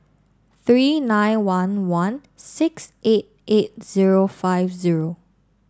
three nine one one six eight eight zero five zero